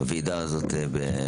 אנחנו בונים על עוזרי הרופא, בין היתר,